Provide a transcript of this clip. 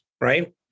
Right